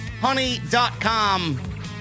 Honey.com